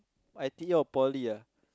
I_T_E or Poly ah